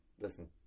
listen